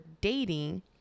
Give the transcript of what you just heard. dating